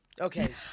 Okay